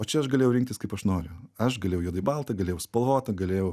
o čia aš galėjau rinktis kaip aš noriu aš galėjau juodai baltą galėjau spalvotą galėjau